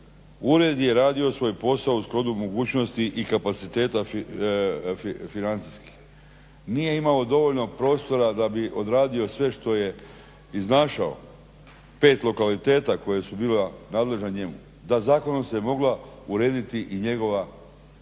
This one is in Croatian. ured je radio svoj posao u skladu mogućnosti i kapaciteta financijskih. Nije imao dovoljno prostora da bi odradio sve što je iznašao, pet lokaliteta koje su bila nadležan je da zakonom se mogla urediti i njegova